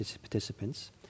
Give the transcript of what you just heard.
participants